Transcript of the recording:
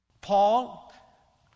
Paul